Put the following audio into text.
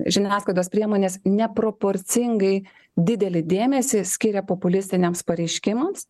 žiniasklaidos priemonės neproporcingai didelį dėmesį skiria populistiniams pareiškimams